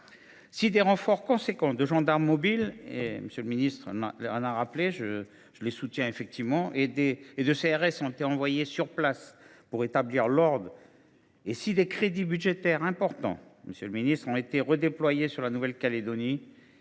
Si des renforts considérables de gendarmes mobiles et de CRS ont été envoyés sur place pour rétablir l’ordre et si des crédits budgétaires importants ont été redéployés sur la Nouvelle Calédonie,